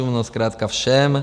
No zkrátka všem.